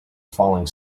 falling